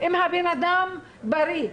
אם הבן אדם בריא,